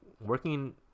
working